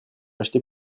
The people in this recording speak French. acheter